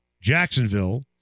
Jacksonville